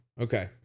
Okay